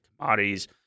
commodities